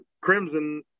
Crimson